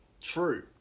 True